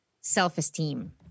self-esteem